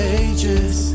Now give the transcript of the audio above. ages